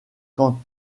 quand